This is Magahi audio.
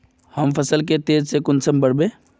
हम फसल के तेज से कुंसम बढ़बे?